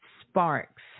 sparks